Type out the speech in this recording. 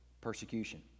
persecution